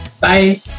Bye